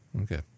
Okay